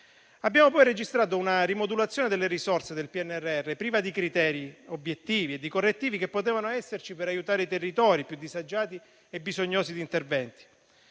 Abbiamo poi registrato una rimodulazione delle risorse del PNRR priva di criteri obiettivi e di correttivi che potevano servire ad aiutare i territori più disagiati e bisognosi di interventi.